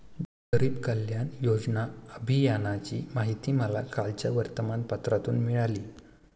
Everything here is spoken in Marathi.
गरीब कल्याण योजना अभियानाची माहिती मला कालच्या वर्तमानपत्रातून मिळाली